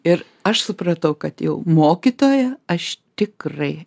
ir aš supratau kad jau mokytoja aš tikrai